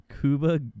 Cuba